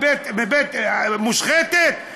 מושחתת?